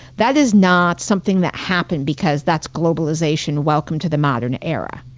that is not something that happened because that's globalization, welcome to the modern era.